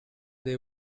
they